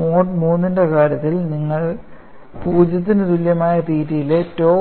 mode III ന്റെ കാര്യത്തിൽ നിങ്ങൾ 0 ന് തുല്യമായ തീറ്റയിലെ tau